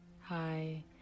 Hi